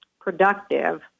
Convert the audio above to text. productive